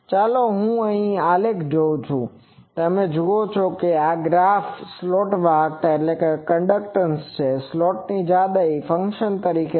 ચાલો હું આલેખ જોઉં તમે જુઓ છો કે આ ગ્રાફ આ સ્લોટ વાહકતા છે જે સ્લોટની જાડાઈના ફંક્સન તરીકે છે